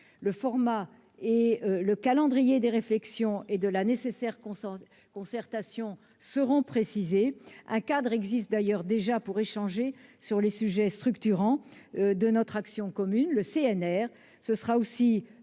Le format et le calendrier des réflexions et de la nécessaire concertation seront précisés. Un cadre existe déjà pour échanger sur les sujets structurants de notre action commune, à